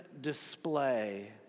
display